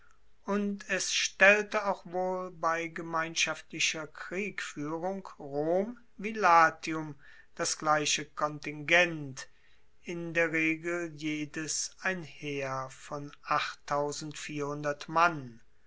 und es stellte auch wohl bei gemeinschaftlicher kriegfuehrung rom wie latium das gleiche kontingent in der regel jedes ein heer von mann